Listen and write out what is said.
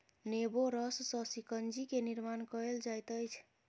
नेबो रस सॅ शिकंजी के निर्माण कयल जाइत अछि